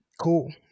Cool